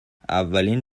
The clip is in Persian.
اولین